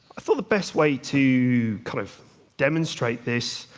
so the best way to kind of demonstrate this,